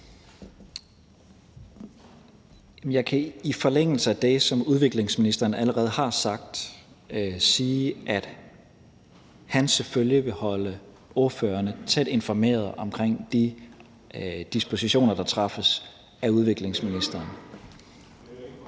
Jeg kan i forlængelse af det, som udviklingsministeren allerede har sagt, sige, at han selvfølgelig vil holde ordførerne tæt informeret omkring de dispositioner, der træffes af udviklingsministeren.